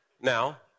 Now